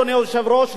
אדוני היושב-ראש,